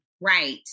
Right